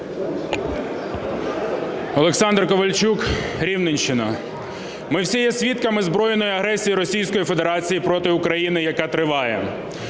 Олександр Ковальчук, Рівненщина. Ми всі є свідками збройної агресії Російської Федерації проти України, яка триває.